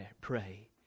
pray